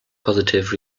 positive